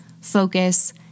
focus